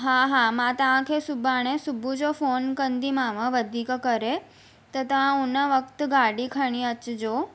हा हा मां तव्हांखे सुभाणे सुबुह जो फ़ोन कंदीमाव वधीक करे त तव्हां हुन वक़्तु गाॾी खणी अचिजो